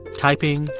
typing,